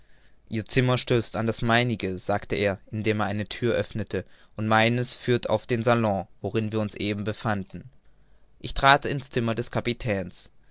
ihr zimmer stößt an das meinige sagte er indem er eine thür öffnete und meines führt auf den salon worin wir uns eben befanden ich trat in's zimmer des kapitäns